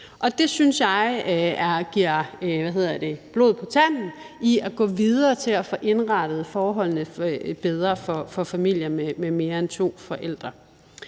jeg giver blod på tanden i forhold til at gå videre med at få indrettet forholdene bedre for familier med mere end to forældre.